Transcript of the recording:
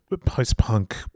post-punk